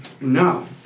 No